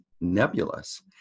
nebulous